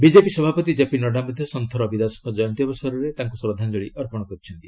BJP ସଭାପତି JP Nadda ମଧ୍ୟ ସନ୍ଥ ରବି ଦାସଙ୍କ ଜୟନ୍ତୀ ଅବସରରେ ତାଙ୍କୁ ଶ୍ରଦ୍ଧାଞ୍ଜଳି ଅର୍ପଣ କରିଛନ୍ତି